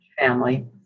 family